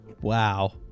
Wow